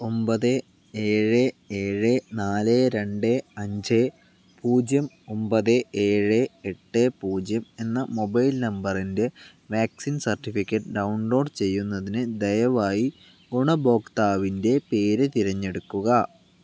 ഒമ്പത് ഏഴ് ഏഴ് നാല് രണ്ട് അഞ്ച് പൂജ്യം ഒമ്പത് ഏഴ് എട്ട് പൂജ്യം എന്ന മൊബൈൽ നമ്പറിൻ്റെ വാക്സിൻ സർട്ടിഫിക്കറ്റ് ഡൗൺലോഡ് ചെയ്യുന്നതിന് ദയവായി ഗുണഭോക്താവിൻ്റെ പേര് തിരഞ്ഞെടുക്കുക